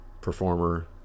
performer